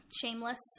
Shameless